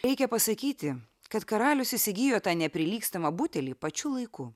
reikia pasakyti kad karalius įsigijo tą neprilygstamą butelį pačiu laiku